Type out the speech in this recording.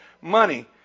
money